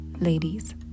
Ladies